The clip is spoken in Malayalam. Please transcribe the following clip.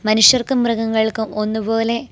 മനുഷ്യർക്കും മൃഗങ്ങൾക്കും ഒന്നുപോലെ